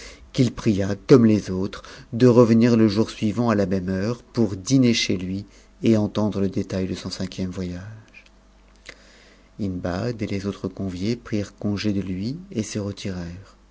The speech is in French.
qu'il pria comme les autres de revenir le jour suivant à la même heure pour diner chez lui et entendre le détail de son cinquième voyage hindbad et les autres conviés prirent congé de lui et se